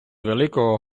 великого